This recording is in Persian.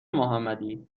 محمدی